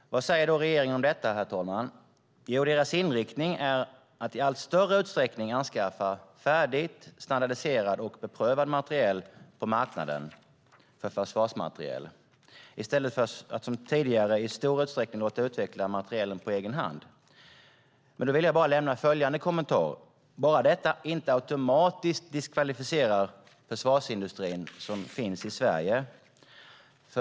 Vad säger då regeringen om detta, herr talman? Jo, deras inriktning är att i allt större utsträckning anskaffa färdig, standardiserad och beprövad materiel på marknaden för försvarsmateriel i stället för att som tidigare i stor utsträckning låta utveckla materielen på egen hand. Då vill jag bara lämna följande kommentar: bara detta inte automatiskt diskvalificerar försvarsindustrin som finns i Sverige.